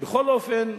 בכל אופן,